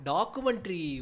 Documentary